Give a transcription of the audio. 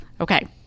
okay